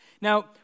Now